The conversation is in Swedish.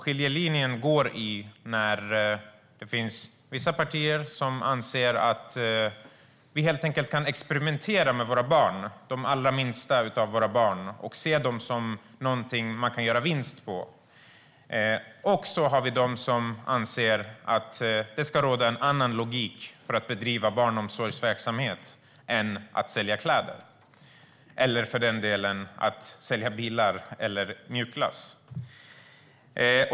Den går mellan vissa partier som anser att vi helt enkelt kan experimentera med våra barn, de allra minsta av våra barn, och se dem som någonting man kan göra vinst på och de partier som anser att det ska råda en annan logik för att bedriva barnomsorgsverksamhet än att sälja kläder - eller för den delen bilar eller mjukglass.